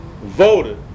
voted